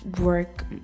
work